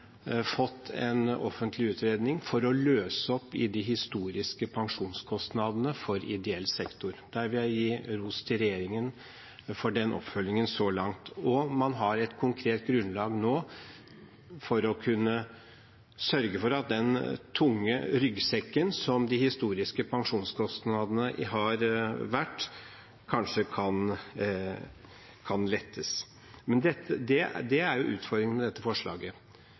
fått en offentlig utredning for å løse opp i de historiske pensjonskostnadene for ideell sektor. Der vil jeg gi ros til regjeringen for oppfølgingen så langt. Man har et konkret grunnlag nå for å kunne sørge for at den tunge ryggsekken som de historiske pensjonskostnadene har vært, kanskje kan lettes. Det er utfordringen med dette forslaget,